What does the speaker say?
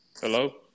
Hello